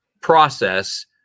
process